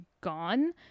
gone